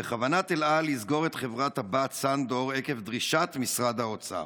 בכוונת אל על לסגור את חברת הבת סאן דור עקב דרישת משרד האוצר.